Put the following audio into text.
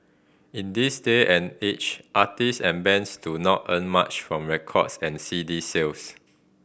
in this day and age artist and bands do not earn much from record and C D sales